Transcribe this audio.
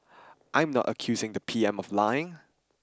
I am not accusing the P M of lying